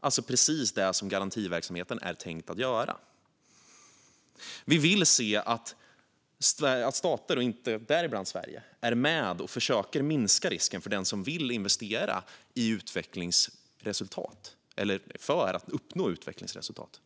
alltså precis det som garantiverksamheten är tänkt att göra. Vi vill se att stater, däribland Sverige, är med och försöker minska risken för den som vill investera för att uppnå utvecklingsresultat.